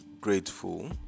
grateful